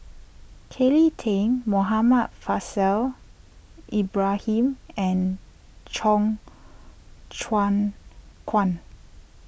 Kelly Tang Muhammad Faishal Ibrahim and Cheong Choong Kong